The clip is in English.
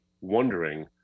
wondering